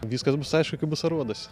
viskas bus aišku kai bus aruodas